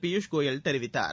பியூஷ் கோயல் தெரிவித்தார்